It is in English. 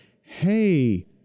hey